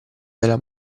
della